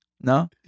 No